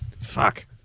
fuck